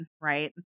right